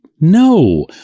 no